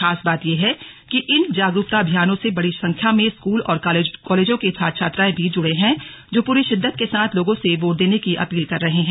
खास बात यह है कि इन जागरूकता अभियानों से बड़ी संख्या में स्कूल और कॉलेजों के छात्र छात्राएं भी जुड़े हैं जो पूरी शिद्दत के साथ लोगों से वोट देने की अपील कर रहे हैं